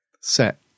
set